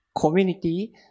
community